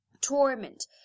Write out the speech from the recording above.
torment